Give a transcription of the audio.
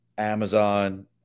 Amazon